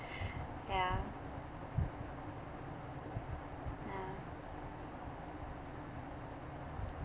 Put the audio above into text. ya ya